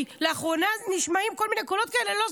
כי לאחרונה נשמעים כל מיני קולות כאלה: לא,